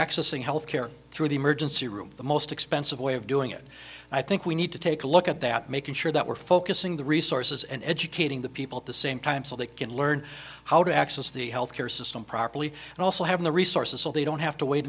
accessing health care through the emergency room the most expensive way of doing it i think we need to take a look at that making sure that we're focusing the resources and educating the people at the same time so they can learn how to access the health care system properly and also have the resources so they don't have to wait